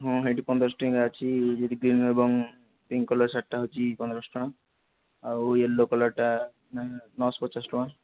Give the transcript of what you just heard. ହଁ ହେଇଠି ପନ୍ଦରଶ ଟଙ୍କିଆ ଅଛି ଗ୍ରୀନ୍ ଏବଂ ପିଙ୍କ୍ କଲର୍ ଶାଢ଼ୀଟା ହେଉଛି ପନ୍ଦରଶ ଟଙ୍କା ଆଉ ୟେଲୋ କଲର୍ଟା ନଅଶ ପଚାଶ ଟଙ୍କା